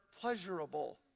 pleasurable